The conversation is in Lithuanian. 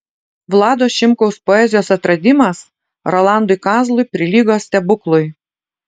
vlado šimkaus poezijos atradimas rolandui kazlui prilygo stebuklui